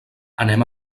anem